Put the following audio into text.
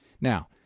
Now